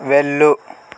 వెళ్ళు